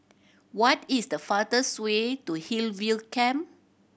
what is the fastest way to Hillview Camp